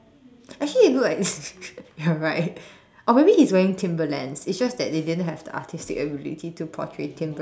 actually it look like you're right or maybe he's wearing Timberlands it's just that they didn't have the artistic ability to portray Timberland